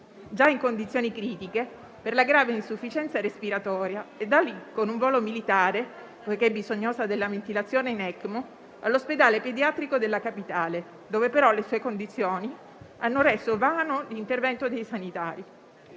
già in condizioni critiche per la grave insufficienza respiratoria e da lì, con un volo militare, poiché bisognosa della ventilazione in ECMO (Extracorporeal membrane oxygenation), all'ospedale pediatrico della Capitale, dove però le sue condizioni hanno reso vano l'intervento dei sanitari.